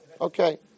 Okay